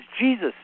Jesus